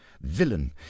Villain